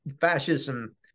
fascism